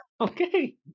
Okay